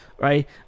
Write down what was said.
right